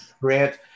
grant